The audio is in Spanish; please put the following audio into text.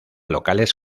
locales